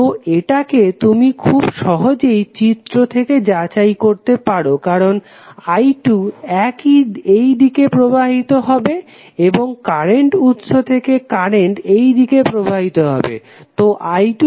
তো এটাকে তুমি খুব সহজেই চিত্র থেকে যাচাই করতে পারো কারণ i2 এই দিকে প্রবাহিত হবে এবং কারেন্ট উৎস থেকে কারেন্ট এই দিকে প্রবাহিত হবে তো i2 5 অ্যাম্পিয়ার হবে